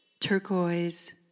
turquoise